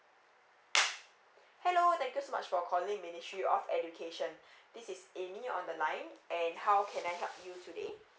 hello thank you so much for calling ministry of education this is amy on the line and how can I help you today